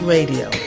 Radio